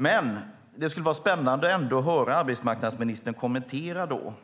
Det skulle ändå vara spännande att höra arbetsmarknadsministern kommentera